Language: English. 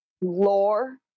lore